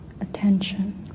attention